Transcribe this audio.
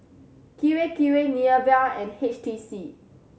Kirei Kirei Nivea and H T C